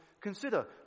consider